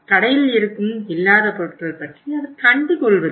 கடையில் இருக்கும் இல்லாத பொருட்கள் பற்றி அவர்கள் கண்டுகொள்வதில்லை